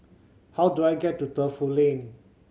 how do I get to Defu Lane